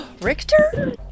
Richter